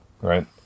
right